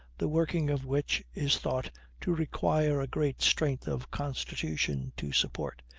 the working of which is thought to require a great strength of constitution to support,